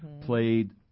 played